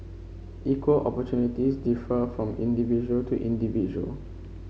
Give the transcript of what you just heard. equal opportunities differ from individual to individual